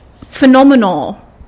phenomenal